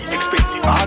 Expensive